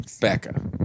Becca